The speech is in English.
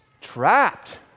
trapped